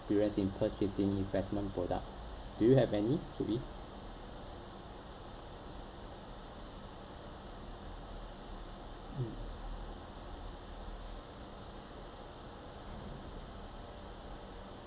experience in purchasing investment products do you have any soo ee mm